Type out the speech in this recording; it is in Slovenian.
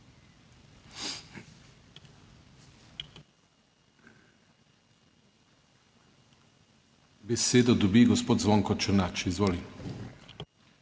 Besedo dobi gospod Zvonko Černač, izvolite.